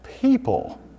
people